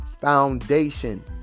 foundation